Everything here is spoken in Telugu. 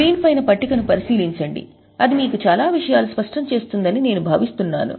స్క్రీన్ పైన పట్టికను పరిశీలించండి అది మీకు చాలా విషయాలు స్పష్టం చేస్తుందని నేను భావిస్తున్నాను